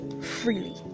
freely